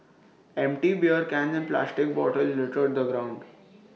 empty beer cans and plastic bottles littered the ground